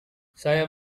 saya